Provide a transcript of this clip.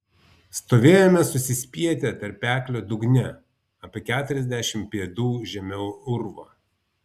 stovėjome susispietę tarpeklio dugne apie keturiasdešimt pėdų žemiau urvo